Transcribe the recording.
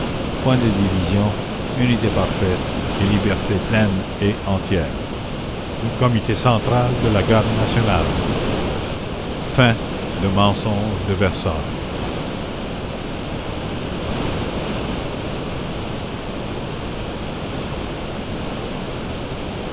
point de division unité parfaite et liberté pleine et entière le comité central de la garde nationale